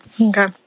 Okay